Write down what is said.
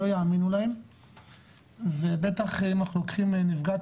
שלא יאמינו להן ובטח אם אנחנו לוקחים נפגעת